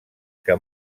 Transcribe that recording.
que